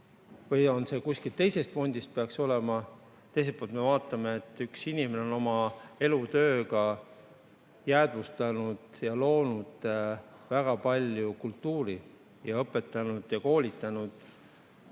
või kuskilt teisest fondist peaks see tulema. Teiselt poolt tuleb arvestada, et üks inimene on oma elutööga jäädvustanud ja loonud väga palju kultuuri ja õpetanud ja koolitanud